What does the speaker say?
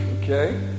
okay